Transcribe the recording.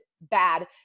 bad